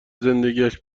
زندگیاش